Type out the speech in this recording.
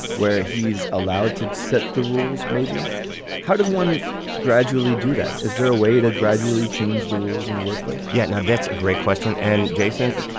where he's allowed to set the rules, maybe how does one gradually do that? is there a way to gradually change the rules and your workplace? yeah, no, that's a great question. and jason,